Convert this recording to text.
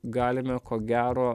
galime ko gero